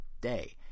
day